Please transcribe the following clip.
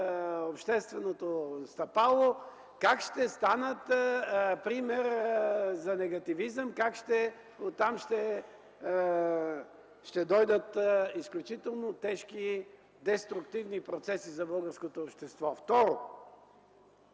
общественото стъпало, как ще станат пример за негативизъм, как оттам ще дойдат изключително тежки деструктивни процеси за българското общество. Второ,